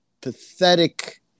pathetic